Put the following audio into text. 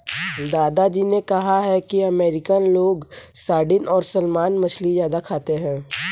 दादा जी ने कहा कि अमेरिकन लोग सार्डिन और सालमन मछली ज्यादा खाते हैं